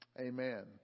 Amen